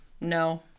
no